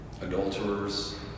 adulterers